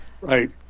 right